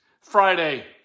Friday